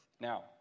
Now